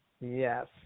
Yes